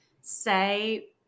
say